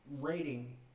rating